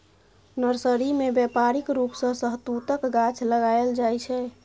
nursery मे बेपारिक रुप सँ शहतुतक गाछ लगाएल जाइ छै